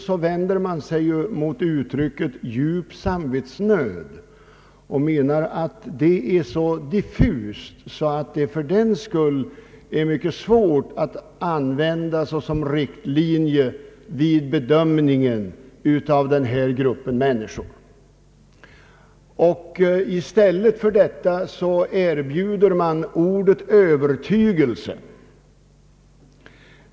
Motionärerna vänder sig mot uttrycket »djup samvetsnöd» och menar att det är så diffust att det fördenskull är mycket svårt att använda som riktlinje vid bedömningen av frågor om befrielse från vapentjänstgöring för en grupp människor. I stället för detta uttryck erbjuder man ordet »övertygelse».